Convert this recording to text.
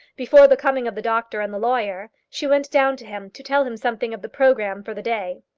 before the coming of the doctor and the lawyer, she went down to him, to tell him something of the programme for the day.